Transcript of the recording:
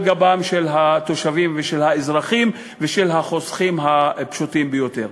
גבם של התושבים ושל האזרחים ושל החוסכים הפשוטים ביותר.